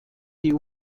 die